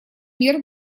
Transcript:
мер